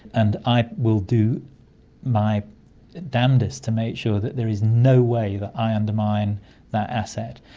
and i will do my damnedest to make sure that there is no way that i undermine that asset.